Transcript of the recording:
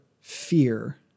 fear